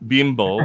Bimbo